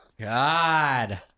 God